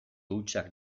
hutsak